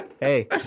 Hey